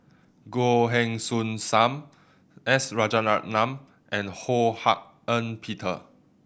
Goh Heng Soon Sam S Rajaratnam and Ho Hak Ean Peter